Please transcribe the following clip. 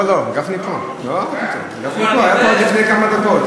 לא, גפני פה, היה פה עד לפני כמה דקות.